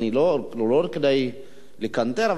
לא כדי לקנטר,